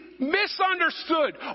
Misunderstood